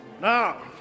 Now